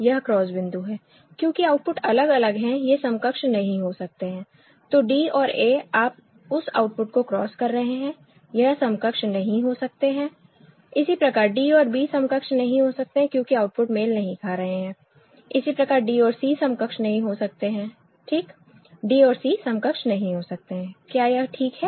यह क्रॉस बिंदु है क्योंकि आउटपुट अलग अलग हैं ये समकक्ष नहीं हो सकते हैं तो d और a आप उस आउटपुट को क्रॉस कर रहे हैं यह समकक्ष नहीं हो सकते हैं इसी प्रकार d और b समकक्ष नहीं हो सकते हैं क्योंकि आउटपुट मेल नहीं खा रहे हैं इसी प्रकार d और c समकक्ष नहीं हो सकते हैं ठीक d और c समकक्ष नहीं हो सकते हैं क्या यह ठीक है